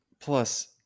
plus